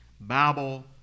bible